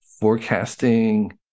forecasting